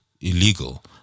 illegal